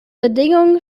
bedingungen